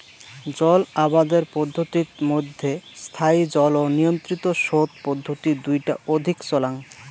জল আবাদের পদ্ধতিত মইধ্যে স্থায়ী জল ও নিয়ন্ত্রিত সোত পদ্ধতি দুইটা অধিক চলাং